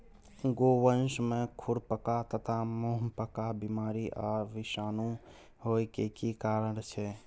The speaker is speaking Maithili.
गोवंश में खुरपका तथा मुंहपका बीमारी आ विषाणु होय के की कारण छै?